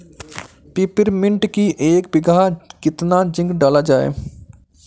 Peppermint की एक बीघा कितना जिंक डाला जाए?